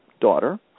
daughter